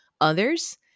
others